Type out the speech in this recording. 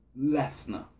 Lesnar